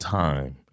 time